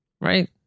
Right